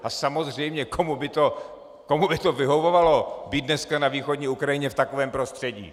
A samozřejmě komu by to vyhovovalo být dneska na východní Ukrajině v takovém prostředí?